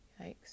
Yikes